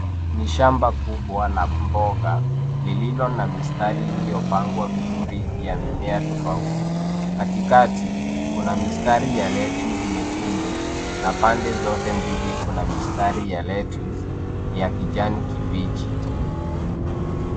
Ni shamba kubwa la mboga lenye mistari iliyopangwa vizuri ya mimea tofauti. Katikati kuna mistari ya lettuce nyekundu, na pande zote mbili kuna mistari ya lettuce ya kijani kibichi